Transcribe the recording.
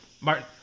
martin